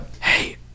Hey